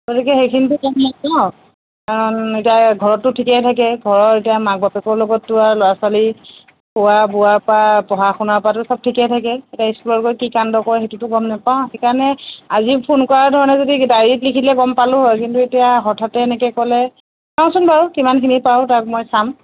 গতিকে সেইখিনিটো এতিয়া ঘৰততো ঠিকেই থাকে ঘৰত এতিয়া মাক বাপেকৰ লগততো আৰু ল'ৰা ছোৱালী খোৱা বোৱা পৰা পঢ়া শুনাৰ পৰাতো সব ঠিকেই থাকে এতিয়া স্কুলত গৈ কি কাণ্ড কৰে সেইটোটো গম নাপাওঁ সেইকাৰণে আজি ফোন কৰাৰ ধৰণে যদি ডায়েৰীত লিখি দিলে গম পালোঁ হয় কিন্তু এতিয়া হঠাতে এনেকৈ ক'লে চাওঁচোন বাৰু কিমানখিনি পাৰোঁ তাক মই চাম